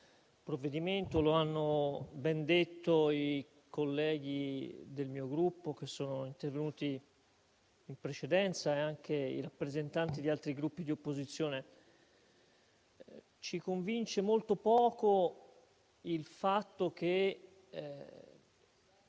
provvedimento. Lo hanno ben detto i colleghi del mio Gruppo che sono intervenuti in precedenza e anche i rappresentanti di altri Gruppi di opposizione. Ci convince molto poco il fatto che